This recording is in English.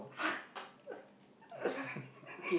okay